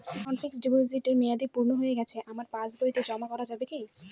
আমার ফিক্সট ডিপোজিটের মেয়াদ পূর্ণ হয়েছে আমার পাস বইতে জমা করা যাবে কি?